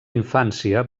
infància